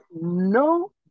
no